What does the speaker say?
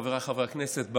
חבריי חברי הכנסת,